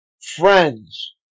friends